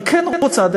אני כן רוצה,